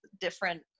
different